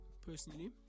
personally